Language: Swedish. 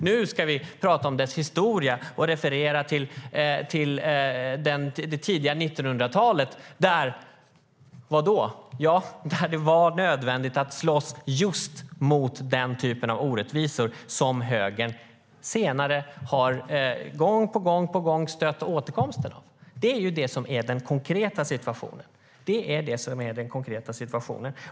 Nu ska vi prata om fackföreningsrörelsens historia och referera till det tidiga 1900-talet då det var nödvändigt att slåss mot just den typen av orättvisor som högern senare gång på gång har stött. Det är ju den konkreta situationen.